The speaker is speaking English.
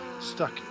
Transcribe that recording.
stuck